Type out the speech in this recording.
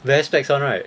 wear specs [one] right